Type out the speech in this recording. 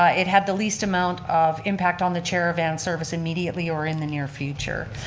ah it had the least amount of impact on the chair-a-van service immediately or in the near future.